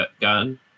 gun